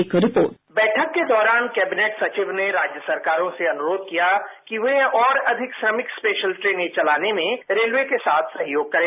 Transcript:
एक report bite बैठक के दौरान कैबिनेट सचिव ने राज्य सरकारों से अनुरोध किया कि वे और अधिक श्रमिक स्पेशल ट्रेनें चलाने में रेलवे के साथ सहयोग करें